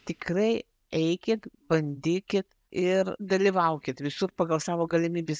tikrai eikit bandykit ir dalyvaukit visur pagal savo galimybes